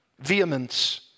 vehemence